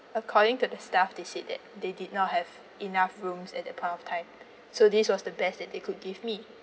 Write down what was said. according to the staff they said that they did not have enough rooms at that point of time so this was the best that they could give me